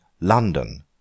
London